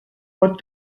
pot